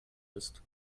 ist